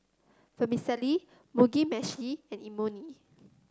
Vermicelli Mugi Meshi and Imoni